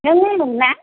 नों अमुक ना